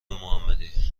محمدی